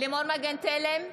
לימור מגן תלם,